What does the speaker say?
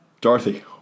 Dorothy